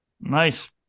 Nice